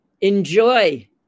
enjoy